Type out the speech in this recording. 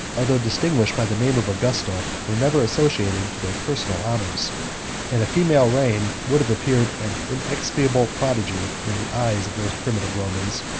although distinguished by the name of augusta were never associated to their personal honors and a female reign would have appeared an inexpiable prodigy in the eyes of those primitive romans,